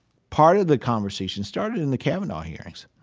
part of the conversation started in the kavanaugh hearings.